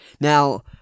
Now